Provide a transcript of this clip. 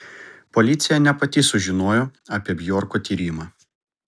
policija ne pati sužinojo apie bjorko tyrimą